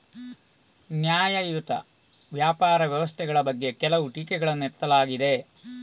ನ್ಯಾಯಯುತ ವ್ಯಾಪಾರ ವ್ಯವಸ್ಥೆಗಳ ಬಗ್ಗೆ ಕೆಲವು ಟೀಕೆಗಳನ್ನು ಎತ್ತಲಾಗಿದೆ